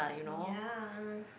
ya